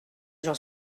j’en